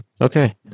Okay